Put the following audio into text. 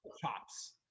chops